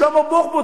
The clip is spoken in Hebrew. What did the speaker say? שלמה בוחבוט,